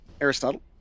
Aristotle